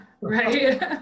Right